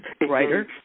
Writer